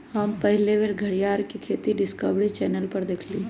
हम पहिल बेर घरीयार के खेती डिस्कवरी चैनल पर देखली